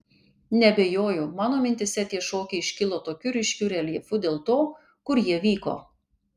neabejoju mano mintyse tie šokiai iškilo tokiu ryškiu reljefu dėl to kur jie vyko